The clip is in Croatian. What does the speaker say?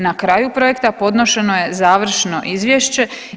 Na kraju projekta podnošeno je završno izvješće.